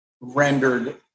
rendered